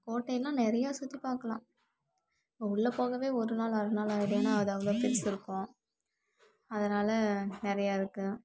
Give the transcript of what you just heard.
கோட்டைனா நிறையா சுற்றி பார்க்கலாம் உள்ள போகவே ஒரு நாள் அரை நாள் ஆயிடும் ஏன்னா அது அவ்வளோ பெருசு இருக்கும் அதனால் நிறையா இருக்குது